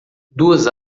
duas